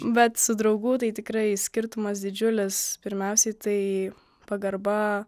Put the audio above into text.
bet su draugų tai tikrai skirtumas didžiulis pirmiausiai tai pagarba